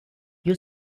you